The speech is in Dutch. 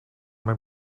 mijn